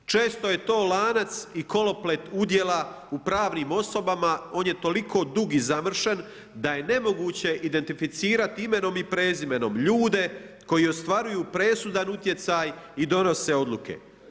Često je to lanac i koloplet udjela u pravnim osobama, on je toliko dug i zamršen da je nemoguće identificirat imenom i prezimenom ljude koji ostvaruju presudan utjecaj i donose odluke.